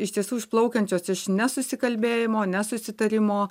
iš tiesų išplaukiančios iš nesusikalbėjimo nesusitarimo